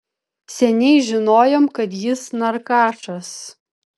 seniai žinojom kad jis narkašas